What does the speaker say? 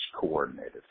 coordinated